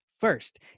First